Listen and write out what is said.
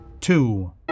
Two